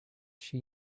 she